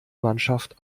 mannschaft